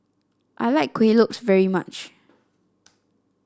I like Kueh Lopes very much